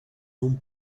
non